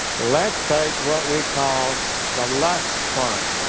let's take what we call the lust fund.